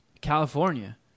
california